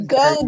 go